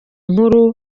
nkuru